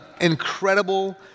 incredible